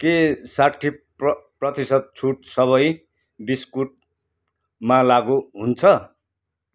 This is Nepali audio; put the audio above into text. के साठी प्र प्रतिशत छुट सबै बिस्कुटमा लागु हुन्छ